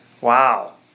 Wow